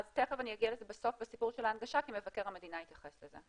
תיכף אני אגיע לזה בסוף בסיפור של ההנגשה כי מבקר המדינה התייחס לזה,